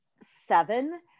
seven